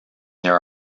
there